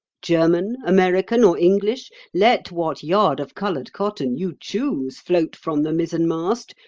german, american, or english let what yard of coloured cotton you choose float from the mizzenmast,